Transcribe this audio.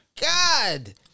God